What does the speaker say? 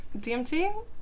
DMT